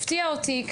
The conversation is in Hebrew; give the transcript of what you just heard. הפתיע אותי לגלות,